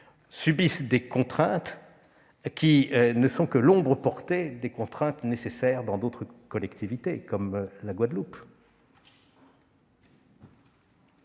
subissent des contraintes qui ne sont que l'ombre portée des contraintes nécessaires dans d'autres collectivités, comme la Guadeloupe.